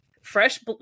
fresh